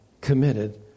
committed